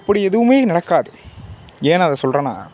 அப்படி எதுவுமே நடக்காது ஏன் அதை சொல்றேன்னா